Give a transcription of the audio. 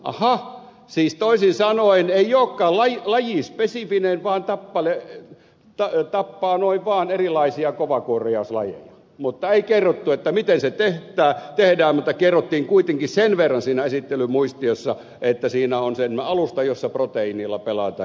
aha siis toisin sanoen ei olekaan lajispesifinen vaan tappaa noin vaan erilaisia kovakuoriaislajeja ei kerrottu miten se tehdään mutta kerrottiin kuitenkin sen verran siinä esittelymuistiossa että siinä on semmoinen alusta jossa proteiineilla pelataan jnp